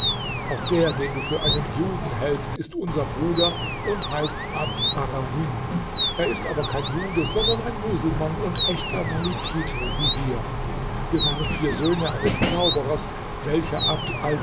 auch der den du für einen juden hältst ist unser bruder und heißt abd arrahim er ist aber kein jude sondern ein muselmann und echter malikitees gibt vier orthodoxe schulen im islam der stifter der einen hieß malik und seine anhänger heißen malikiten wie wir wir waren vier söhne eines zauberers welcher abd